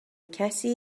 کسی